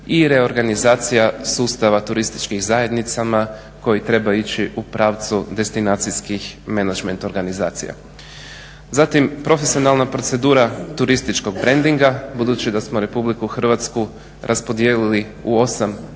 i reorganizacija sustava turističkim zajednicama koji treba ići u pravcu destinacijskih menadžment organizacija. Zatim, profesionalna procedura turističkog brendinga. Budući da smo RH raspodijelili u 8 destinacija